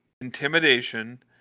intimidation